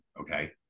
okay